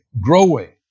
growing